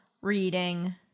reading